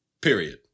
Period